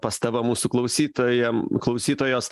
pastaba mūsų klausytojam klausytojos